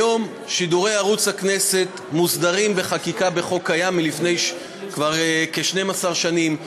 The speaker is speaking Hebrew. היום שידורי ערוץ הכנסת מוסדרים בחקיקה בחוק הקיים כבר 12 שנים,